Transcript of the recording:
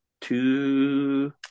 two